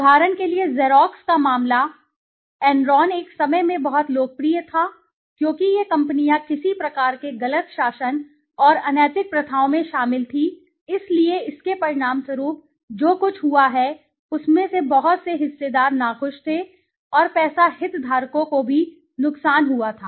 उदाहरण के लिए ज़ेरॉक्स का मामला एनरॉन एक समय में बहुत लोकप्रिय था क्योंकि ये कंपनियां किसी प्रकार के गलत शासन और अनैतिक प्रथाओं में शामिल थीं इसलिए इसके परिणामस्वरूप जो कुछ हुआ है उसमें से बहुत से हिस्सेदार नाखुश थे और पैसा हितधारकों को भी नुकसान हुआ था